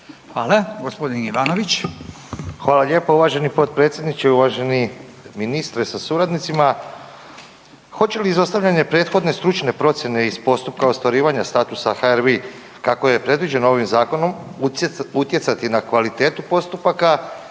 Hvala. G. Ivanović. **Ivanović, Goran (HDZ)** Uvaženi potpredsjedniče i uvaženi ministre sa suradnicima. Hoće li izostavljanje prethodne stručne procjene iz postupka ostvarivanja statusa HRVI-a kako je predviđeno ovim zakonom, utjecati na kvalitetu postupaka